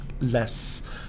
less